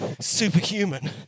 superhuman